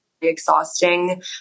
exhausting